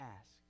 ask